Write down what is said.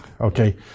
okay